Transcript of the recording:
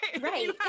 right